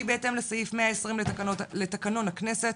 כי בהתאם לסעיף 120 לתקנון הכנסת,